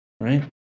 right